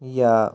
یا